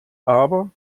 aber